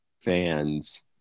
fans